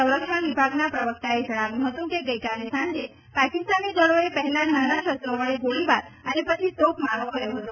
સંરક્ષણ વિભાગના પ્રવક્તાએ જણાવ્યું હતું કે ગઈકાલે સાંજે પાકિસ્તાની દળોએ પહેલા નાના શસ્ત્રો વડે ગોળીબાર અને પછી તોપમારો કર્યો હતો